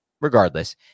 regardless